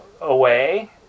away